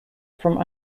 from